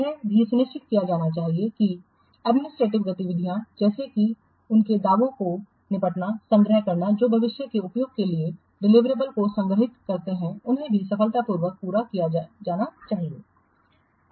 यह भी सुनिश्चित किया जाना चाहिए कि एडमिनिस्ट्रेटिव गतिविधियाँ जैसे कि उनके दावों को निपटाना संग्रह करना जो भविष्य के उपयोग के लिए डिलिवरेबल्स को संग्रहित करते हैं उन्हें भी सफलतापूर्वक पूरा किया गया है